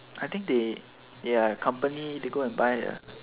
I think they their company they go buy a